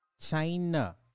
China